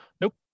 Nope